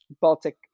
Baltic